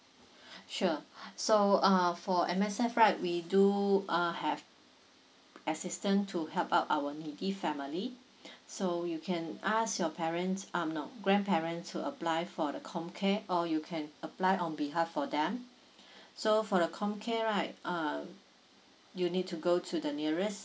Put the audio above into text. sure so uh for M_S_F right we do err have assistant to help up our needy family so you can ask your parents um no grandparents to apply for the com care or you can apply on behalf for them so for the com care right uh you need to go to the nearest